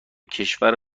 کشور